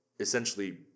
essentially